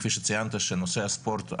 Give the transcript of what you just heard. כפי שציינת שנושא הספורט,